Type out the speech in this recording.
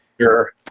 sure